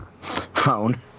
phone